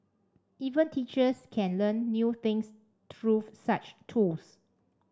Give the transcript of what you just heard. even teachers can learn new things through such tools